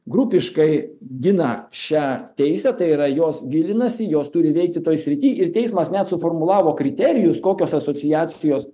grupiškai gina šią teisę tai yra jos gilinasi jos turi veikti toj srity ir teismas net suformulavo kriterijus kokios asociacijos